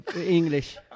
English